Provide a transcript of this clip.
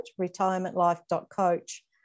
retirementlife.coach